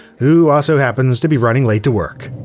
who also happens to be running late to work.